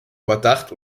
überdacht